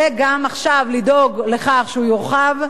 וגם עכשיו, לדאוג לכך שהוא יורחב,